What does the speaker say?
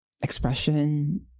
expression